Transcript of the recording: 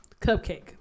Cupcake